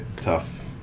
tough